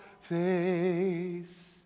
face